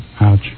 Ouch